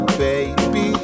baby